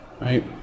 right